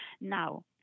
Now